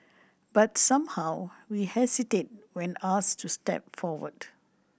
but somehow we hesitate when asked to step forward